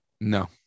No